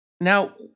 Now